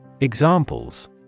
Examples